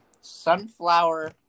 sunflower